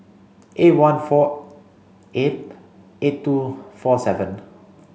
eight one four eight eight two four seven